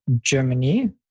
Germany